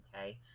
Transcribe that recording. okay